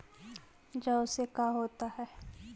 जौ से का होता है?